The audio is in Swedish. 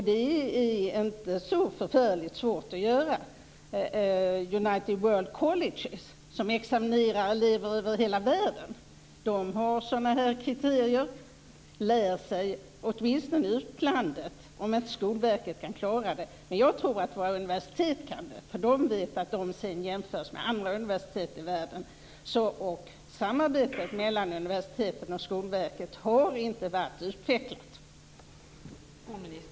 Det är inte så förfärligt svårt att göra. United World Colleges, som examinerar elever över hela världen, har sådana här kriterier. Lär åtminstone av utlandet, om inte Skolverket kan klara detta! Jag tror dock att våra universitet kan det, för de vet att de sedan jämförs med andra universitet i världen. Samarbetet mellan universiteten och Skolverket har inte varit utvecklat.